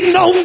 no